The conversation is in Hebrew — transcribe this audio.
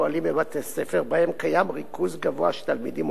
בבתי-ספר שבהם קיים ריכוז גבוה של תלמידים עולים.